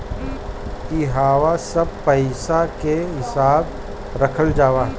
इहवा सब पईसा के हिसाब रखल जाला